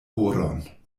oron